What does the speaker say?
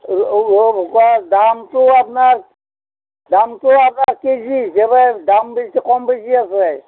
ৰৌ ভকোৱা দামটো আপোনাৰ দামটো আপোনাৰ কেজি হিচাপে দাম বেছি কম বেছি আছে